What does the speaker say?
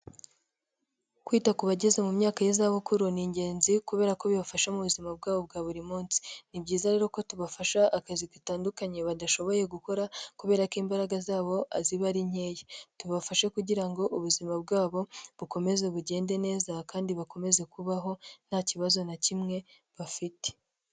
Kwita ku bageze mu myaka y'izabukuru ni ingenzi kubera ko bibafasha mu buzima bwabo bwa buri munsi. Ni byiza rero ko tubafasha akazi gatandukanye badashoboye gukora kubera ko imbaraga zabo ziba ari nkeya. Tubafashe kugira ngo ubuzima bwabo bukomeze bugende neza kandi bakomeze kubaho nta kibazo na kimwe bafite.